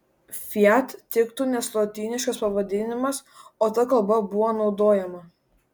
fiat tiktų nes lotyniškas pavadinimas o ta kalba buvo naudojama